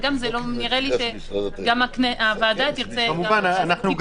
ונראה לי שהוועדה תרצה- - אנחנו גם